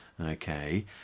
Okay